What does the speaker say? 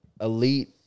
elite